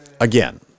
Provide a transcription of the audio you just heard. Again